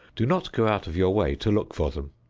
do not go out of your way to look for them.